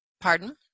pardon